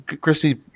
Christy